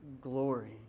glory